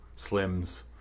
Slims